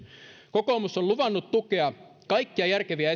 kokoomus on luvannut tukea kaikkia järkeviä